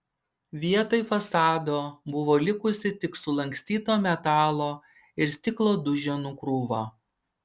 vietoj fasado buvo likusi tik sulankstyto metalo ir stiklo duženų krūva